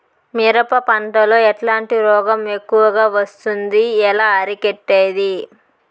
మిరప పంట లో ఎట్లాంటి రోగం ఎక్కువగా వస్తుంది? ఎలా అరికట్టేది?